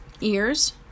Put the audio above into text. Ears